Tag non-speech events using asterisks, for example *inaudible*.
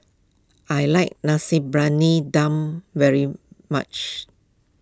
I like *unintelligible* Dum very much